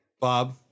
Bob